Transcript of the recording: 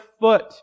foot